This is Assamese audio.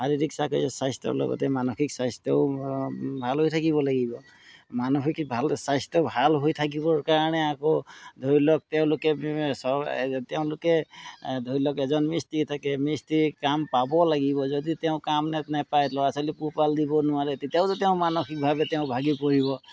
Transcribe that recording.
শাৰীৰিক ছাগৈ স্বাস্থ্যৰ লগতে মানসিক স্বাস্থ্যও ভাল হৈ থাকিব লাগিব মানসিক ভাল স্বাস্থ্য ভাল হৈ থাকিবৰ কাৰণে আকৌ ধৰি লওক তেওঁলোকে চ তেওঁলোকে ধৰি লওক এজন মিস্ত্ৰি থাকে মিস্ত্ৰাীৰ কাম পাব লাগিব যদি তেওঁ কাম নে নেপায় ল'ৰা ছোৱালী পোহপাল দিব নোৱাৰে তেতিয়াওতো তেওঁ মানসিকভাৱে তেওঁ ভাগি পৰিব